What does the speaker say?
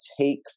take